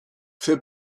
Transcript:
fait